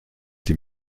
die